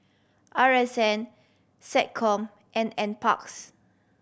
R S N SecCom and Nparks